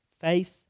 Faith